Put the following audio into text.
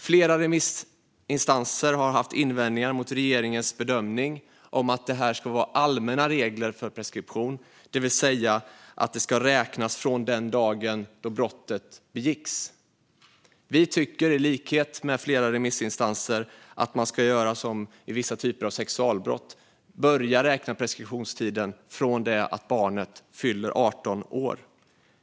Flera remissinstanser invänder mot regeringens bedömning att allmänna regler för preskription ska gälla, det vill säga att preskriptionstiden ska räknas från den dag brottet begicks. Vi tycker i likhet med flera remissinstanser att man ska göra som vid vissa sexualbrott, alltså börja räkna preskriptionstiden från det att barnet fyller 18 år.